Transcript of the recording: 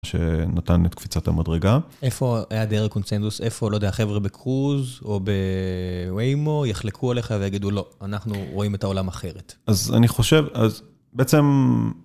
שנתן את קפיצת המדרגה. איפה היה היעדר הקונצנדוס, איפה, לא יודע, חבר'ה בקרוז, או בוויימו, יחלקו עליך ויגדו, לא, אנחנו רואים את העולם אחרת. אז אני חושב, אז בעצם...